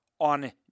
on